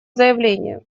заявление